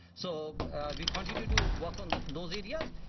so we continue to work on those areas,